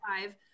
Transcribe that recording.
five